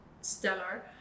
stellar